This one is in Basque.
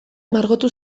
margotu